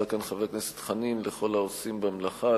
כאן חבר הכנסת חנין לכל העושים במלאכה,